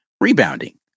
rebounding